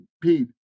pete